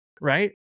right